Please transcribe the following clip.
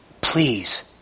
Please